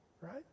right